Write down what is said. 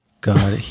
God